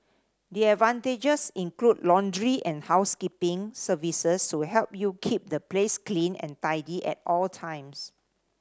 the advantages include laundry and housekeeping services to help you keep the place clean and tidy at all times